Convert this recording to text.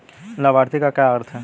लाभार्थी का क्या अर्थ है?